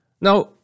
Now